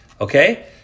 okay